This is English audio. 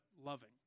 loving